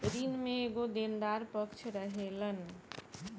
ऋण में एगो देनदार पक्ष रहेलन